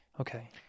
Okay